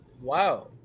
Wow